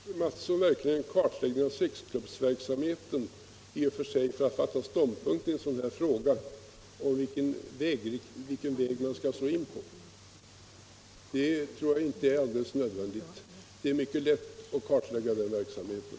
Herr talman! Behöver fröken Mattson verkligen kartlägga sexklubbsverksamheten för att ta ståndpunkt i en sådan här fråga om vilken väg man skall slå in på? Det tror jag inte är alldeles nödvändigt. Det är mycket lätt att kartlägga den verksamheten.